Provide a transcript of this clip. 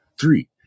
Three